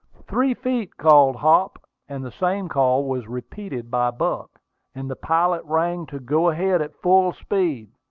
three feet! called hop and the same call was repeated by buck and the pilot rang to go ahead at full speed.